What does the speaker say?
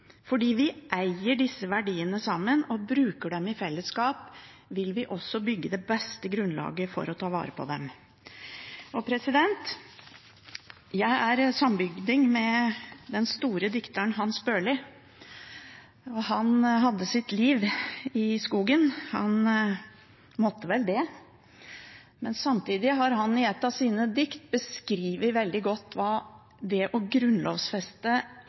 Fordi vi eier disse verdiene sammen og bruker dem i fellesskap, vil vi også bygge det beste grunnlaget for å ta vare på dem. Jeg er sambygding med den store dikteren Hans Børli. Han hadde sitt liv i skogen – han måtte vel det. Men samtidig har han i et av sine dikt beskrevet veldig godt hva det å grunnlovfeste